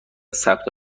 ثبت